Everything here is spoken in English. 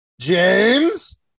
James